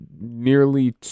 nearly